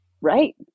Right